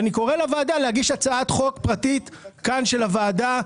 אני קורא לוועדה להגיש הצעת חוק פרטית כאן של הוועדה,